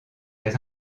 les